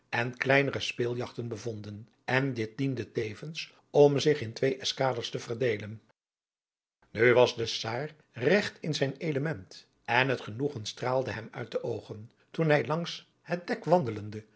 en kleinere speeljagten bevonden en dit diende tevens om zich in twee eskaders te verdeelen nu was de czaar regt in zijn element en het genoegen straalde hem uit de oogen toen hij langs het dek wandelende